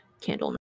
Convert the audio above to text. candle